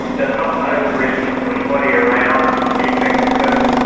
does not pose a risk to anybody around the infected person,